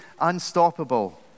unstoppable